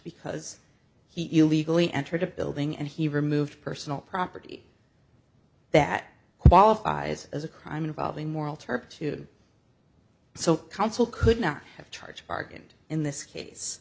because he illegally entered a building and he removed personal property that qualifies as a crime involving moral turpitude so counsel could not have charged bargained in this case